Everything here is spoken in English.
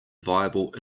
viable